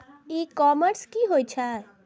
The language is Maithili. ई कॉमर्स की होय छेय?